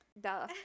Duh